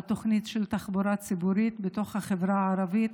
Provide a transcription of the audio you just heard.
תוכנית של תחבורה ציבורית בחברה הערבית,